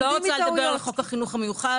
לא רוצה לדבר על חוק החינוך המיוחד.